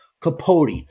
capote